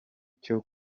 cyo